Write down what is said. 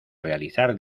realizar